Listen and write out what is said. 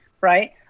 right